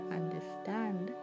understand